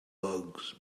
bugs